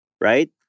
Right